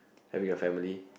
having a family